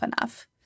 enough